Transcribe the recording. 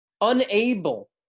unable